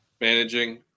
managing